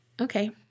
okay